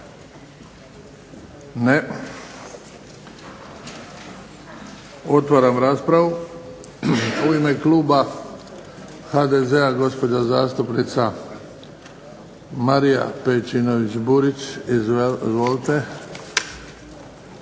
Ne. Otvaram raspravu. U ime Kluba HDZ-a gospođa zastupnica Marija Pejčinović-Burić. Izvolite.